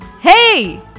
hey